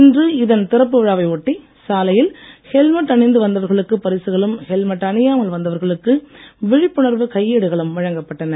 இன்று இதன் திறப்பு விழாவை ஒட்டி சாலையில் ஹெல்மெட் அணிந்து வந்தவர்களுக்கு பரிசுகளும் ஹெல்மெட் அணியாமல் வந்தவர்களுக்கு விழிப்புணர்வு கையேடுகளும் வழங்கப்பட்டன